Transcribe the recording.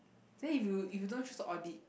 then if you if you don't choose to audit